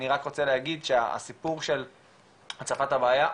אני רק רוצה להגיד שהסיפור של הצפת הבעיה,